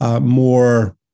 more